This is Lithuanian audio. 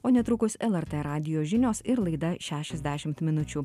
o netrukus lrt radijo žinios ir laida šešiasdešimt minučių